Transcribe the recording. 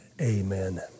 Amen